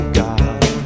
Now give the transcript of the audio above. god